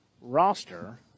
roster